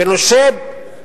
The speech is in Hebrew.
פינושה,